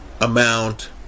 amount